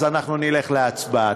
אז אנחנו נלך להצבעה.